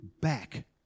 back